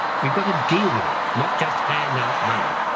we've got to deal with it, not just hand out money.